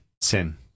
sin